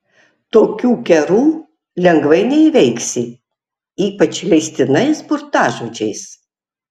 tokių kerų lengvai neįveiksi ypač leistinais burtažodžiais